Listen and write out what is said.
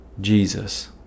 Jesus